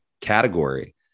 category